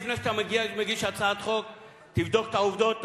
לפני שאתה מגיש הצעת חוק תבדוק את העובדות,